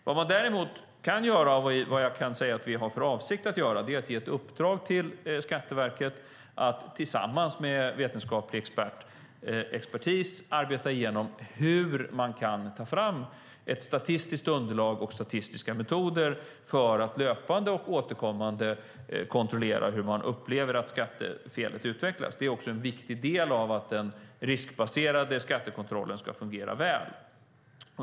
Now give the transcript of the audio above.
Vad man däremot kan göra och som vi har för avsikt att göra är att ge uppdrag till Skatteverket att tillsammans med vetenskaplig expertis arbeta igenom hur man kan ta fram ett statistiskt underlag och statistiska metoder för att löpande och återkommande kontrollera hur man upplever att skattefelet utvecklas. Det är en viktig del av att den riskbaserade skattekontrollen ska fungera väl.